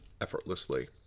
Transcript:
effortlessly